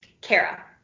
Kara